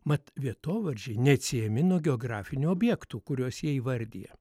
mat vietovardžiai neatsiejami nuo geografinių objektų kuriuos jie įvardija